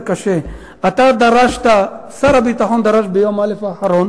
קשה: שר הביטחון דרש ביום א' האחרון